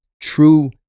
true